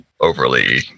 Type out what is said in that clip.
overly